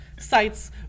sites